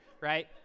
right